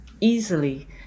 easily